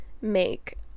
make